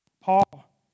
Paul